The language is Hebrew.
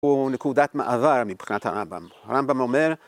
הוא נקודת מעבר מבחינת הרמב״ם. הרמב״ם אומר,